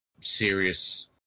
serious